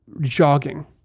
jogging